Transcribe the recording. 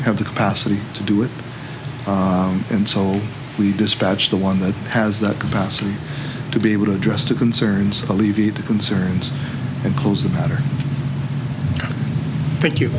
have the capacity to do it and so we dispatch the one that has that capacity to be able to address the concerns alleviate concerns and close the matter thank you